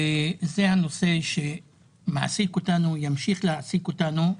וזה הנושא שמעסיק אותנו, ימשיך להעסיק אותנו,